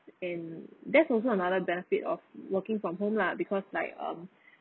and that's also another benefit of working from home lah because like um